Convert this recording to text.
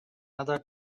another